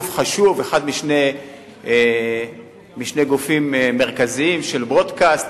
גוף חשוב, אחד משני הגופים המרכזיים של broadcast,